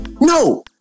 No